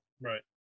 Right